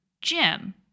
Jim